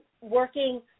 working